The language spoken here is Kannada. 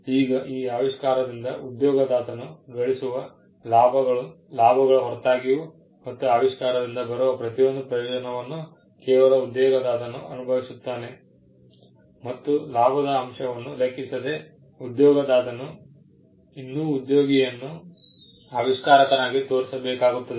ಈಗ ಈ ಆವಿಷ್ಕಾರದಿಂದ ಉದ್ಯೋಗದಾತನು ಗಳಿಸುವ ಲಾಭಗಳ ಹೊರತಾಗಿಯೂ ಮತ್ತು ಆವಿಷ್ಕಾರದಿಂದ ಬರುವ ಪ್ರತಿಯೊಂದು ಪ್ರಯೋಜನವನ್ನು ಕೇವಲ ಉದ್ಯೋಗದಾತನು ಅನುಭವಿಸುತ್ತಾನೆ ಮತ್ತು ಲಾಭದ ಅಂಶವನ್ನು ಲೆಕ್ಕಿಸದೆ ಉದ್ಯೋಗದಾತನು ಇನ್ನೂ ಉದ್ಯೋಗಿಯನ್ನು ಆವಿಷ್ಕಾರಕನಾಗಿ ತೋರಿಸಬೇಕಾಗುತ್ತದೆ